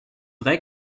vrai